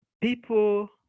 people